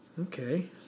Okay